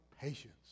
patience